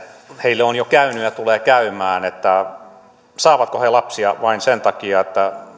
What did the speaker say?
heille on jo käynyt ja tulee käymään että saavatko he lapsia vain sen takia että